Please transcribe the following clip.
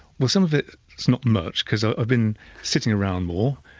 well some of it's not much because i've been sitting around more.